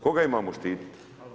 Koga imamo štititi?